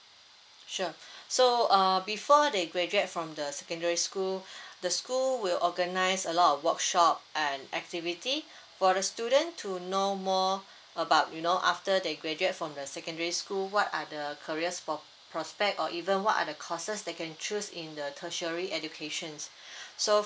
sure so uh before they graduate from the secondary school the school will organise a lot of workshop and activity for the student to know more about you know after they graduate from the secondary school what are the careers pros~ prospect or even what are the courses they can choose in the tertiary education so